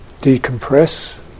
decompress